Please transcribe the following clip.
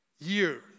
year